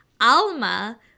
Alma